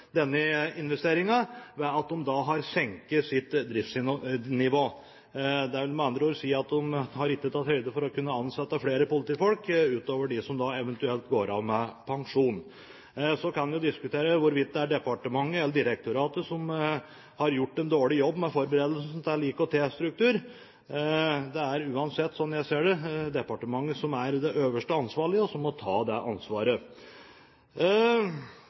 denne investeringen ved at de har senket sitt driftsnivå. Det vil med andre ord si at de ikke har tatt høyde for å ansette flere politifolk utover dem som eventuelt går av med pensjon. Så kan man jo diskutere hvorvidt det er departementet eller direktoratet som har gjort en dårlig jobb med forberedelsen til en IKT-struktur. Det er uansett, slik jeg ser det, departementet som er den øverste ansvarlige, og som må ta det ansvaret.